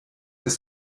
ist